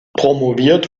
promoviert